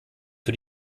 für